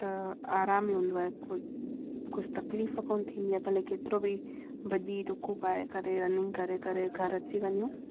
त आराम ई हुंदो आहे कु कुझु तक्लीफ़ कोन्ह थींदी आहे भले केतिरो बि भॼी ढुकू पाए करे र्णींग करे घरु अची वञू